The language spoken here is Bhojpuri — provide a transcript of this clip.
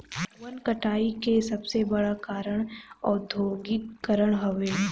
वन कटाई के सबसे बड़ कारण औद्योगीकरण हवे